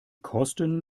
kosten